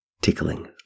tickling